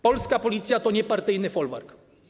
polska Policja to nie partyjny folwark.